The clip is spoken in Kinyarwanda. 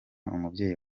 umubyeyi